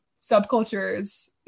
subcultures